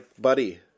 buddy